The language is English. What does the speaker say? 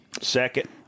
Second